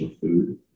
food